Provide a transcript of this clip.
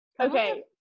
Okay